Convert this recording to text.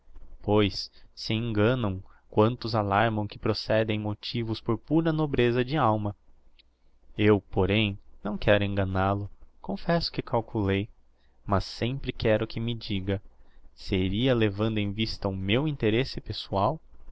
pois se enganam quantos alarmam que procedem movidos por pura nobreza de alma eu porém não quero enganál o confesso que calculei mas sempre quero que me diga seria levando em vista o meu interesse pessoal